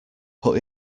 put